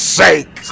sake